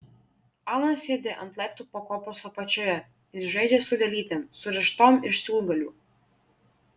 ana sėdi ant laiptų pakopos apačioje ir žaidžia su lėlytėm surištom iš siūlgalių